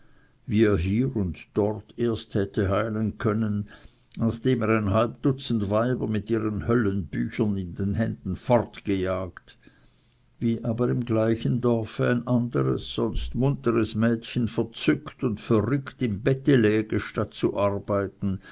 wie er hier und dort erst hätte heilen können nachdem er ein halb dutzend weiber mit ihren höllenbüchern in den händen fortgejagt wie aber im gleichen dorfe ein anderes sonst munteres mädchen verzückt und verrückt im bette läge statt zu arbeiten